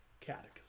catechism